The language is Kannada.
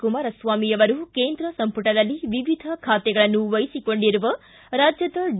ಕುಮಾರಸ್ವಾಮಿ ಅವರು ಕೇಂದ್ರ ಸಂಪುಟದಲ್ಲಿ ವಿವಿಧ ಖಾತೆಗಳನ್ನು ವಹಿಸಿಕೊಂಡಿರುವ ರಾಜ್ಯದ ಡಿ